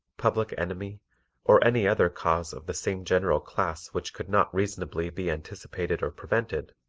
public enemy or any other cause of the same general class which could not reasonably be anticipated or prevented,